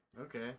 Okay